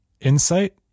insight